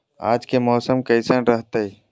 आज के मौसम कैसन रहताई?